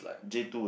J-two eh